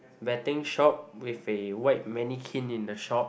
betting shop with a white mannequin in the shop